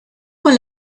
con